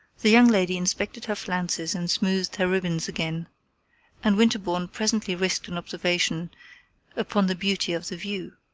the young lady inspected her flounces and smoothed her ribbons again and winterbourne presently risked an observation upon the beauty of the view.